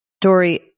Dory